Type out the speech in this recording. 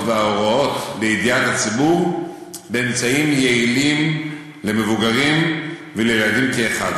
וההוראות לידיעת הציבור באמצעים יעילים למבוגרים ולילדים כאחד.